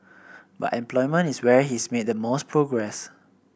but employment is where he's made the most progress